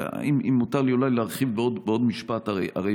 אם מותר לי אולי להרחיב בעוד משפט: הרי